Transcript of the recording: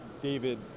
David